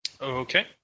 Okay